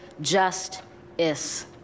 just-is